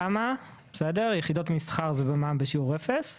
בתמ"א, יחידות מסחר זה במע"מ בשיעור אפס.